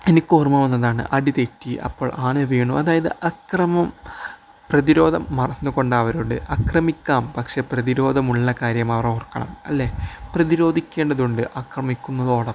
എനിക്കോർമ്മ വന്നതാണ് അടി തെറ്റി അപ്പോൾ ആന വീണു അതായത് ആക്രമണം പ്രതിരോധം മറന്നുകൊണ്ടാകരുത് ആക്രമിക്കാം പക്ഷെ പ്രതിരോധമുള്ള കാര്യം അവർ ഓർക്കണം അല്ലേ പ്രതിരോധിക്കേണ്ടതുണ്ട് ആക്രമിക്കുന്നതോടൊപ്പം